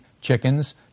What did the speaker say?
chickens